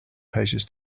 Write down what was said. pages